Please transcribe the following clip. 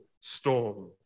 storm